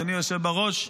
אדוני היושב בראש,